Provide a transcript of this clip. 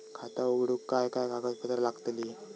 खाता उघडूक काय काय कागदपत्रा लागतली?